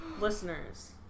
listeners